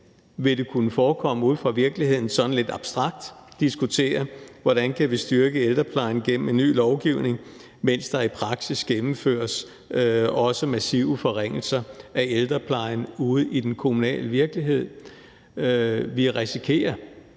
vil kunne forekomme sådan lidt abstrakt, diskuterer, hvordan vi kan styrke ældreplejen gennem en ny lovgivning, mens der i praksis også gennemføres massive forringelser af ældreplejen ude i den kommunale virkelighed. Vi risikerer,